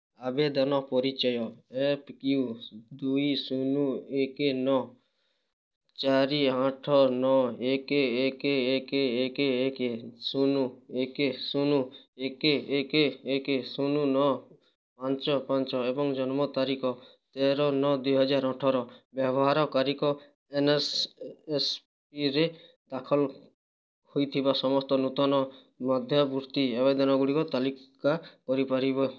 ଆବେଦନ ପରିଚୟ F U ଦୁଇ ଶୂନ ଏକେ ନଅ ଚାରି ଆଠ ନଅ ଏକେ ଏକେ ଏକେ ଏକେ ଏକେ ଶୂନ ଏକେ ଶୂନ ଏକେ ଏକେ ଏକେ ଶୂନ ନଅ ପାଞ୍ଚ ପାଞ୍ଚ ଏବଂ ଜନ୍ମ ତାରିଖ ତେର ନଅ ଦୁଇ ହଜାର ଅଠର ବ୍ୟବହାରକାରୀଙ୍କ ଏନ୍ଏସ୍ଏସ୍ପିରେ ଦାଖଲ ହୋଇଥିବା ସମସ୍ତ ନୂତନ ମେଧାବୃତ୍ତି ଆବେଦନଗୁଡ଼ିକର ତାଲିକା କରିପାରିବ